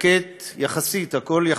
שקט יחסית, הכול יחסי,